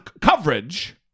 coverage